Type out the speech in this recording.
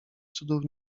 cudów